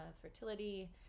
fertility